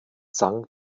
sang